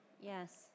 Yes